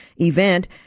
event